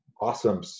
awesome